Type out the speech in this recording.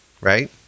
right